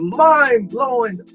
mind-blowing